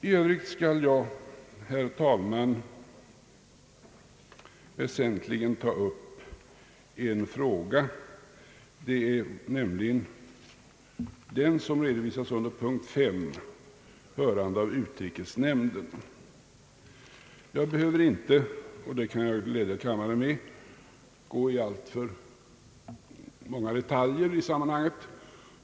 I övrigt skall jag, herr talman, väsentligen ta upp en fråga som redovisas under punkten 5 »Hörande av utrikesnämnden». Jag behöver inte — och det kan jag glädja kammaren med — gå in i alltför många detaljer i detta sammanhang.